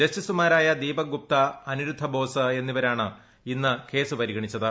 ജസ്റ്റിസുമാരായ ദീപക്ഗുപ്ത അനിരുദ്ധ ബോസ് എന്നിവരാണ് ഇന്ന്കേസ് പരിഗണിച്ചത്